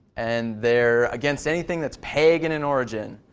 and they're against anything that is pagan in origin.